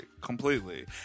Completely